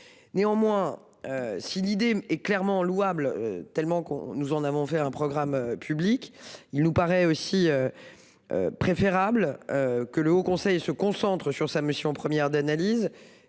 Néanmoins, si l’idée est clairement louable, à telle enseigne que nous en avons fait un programme public, il nous paraît aussi préférable que le haut conseil se concentre sur sa mission première d’analyse,